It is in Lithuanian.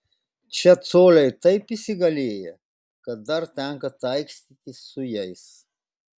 čia coliai taip įsigalėję kad dar tenka taikstytis su jais